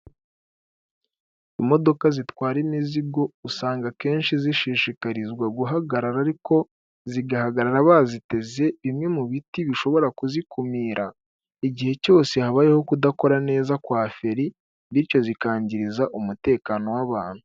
Imodoka zitwara imizigo usanga akenshi zishishikarizwa guhagarara ariko zigahagarara baziteze bimwe mu biti bishobora kuzikumira, igihe cyose habayeho kudakora neza kwa feri, bityo zikangiza umutekano w'abantu.